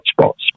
spots